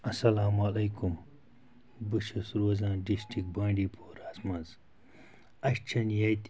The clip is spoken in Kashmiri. اَسَلام علیکُم بہٕ چھُس روزان ڈِسٹرک بانڈی پوراہَس منٛز اَسہِ چھِنہٕ ییٚتہِ